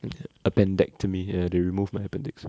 appendectomy ya they remove my appendix